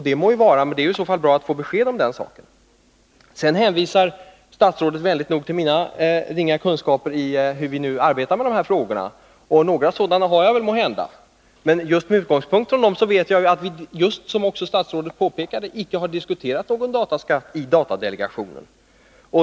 Det må ju vara, men det vore i så fall bra att få besked om det. Sedan hänvisar statsrådet vänligt nog till mina ringa kunskaper rörande hur vi nu arbetar med dessa frågor, och jag har måhända sådana. Men just med utgångspunkt från dem vet jag att det, som också statsrådet påpekade. icke har diskuterats någon dataskatt i datadelegationen.